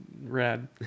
rad